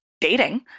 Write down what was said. dating